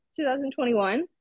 2021